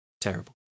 terrible